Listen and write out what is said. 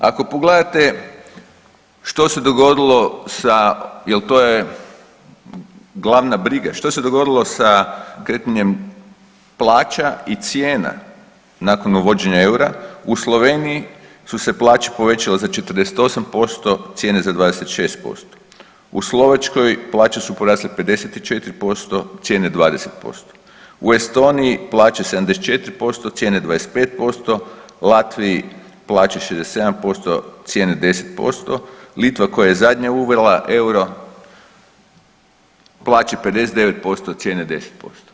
Ako pogledate što se dogodilo, jel to je glavna briga, što se dogodilo sa kretanjem plaća i cijena nakon uvođenja eura u Sloveniji su se plaće povećale za 48%, cijene za 26%, u Slovačkoj plaće su porasle 54% cijene 20%, u Estoniji plaće 74% cijene 25%, Latviji plaće 67% cijene 10%, Litva koja je zadnja uvela euro plaće 59% cijene 10%